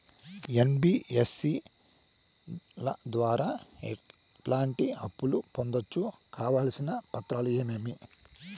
NBFC ల ద్వారా ఎట్లాంటి అప్పులు పొందొచ్చు? కావాల్సిన పత్రాలు ఏమేమి?